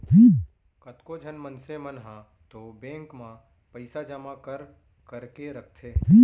कतको झन मनसे मन ह तो बेंक म पइसा जमा कर करके रखथे